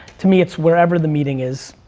to me, it's wherever the meeting is,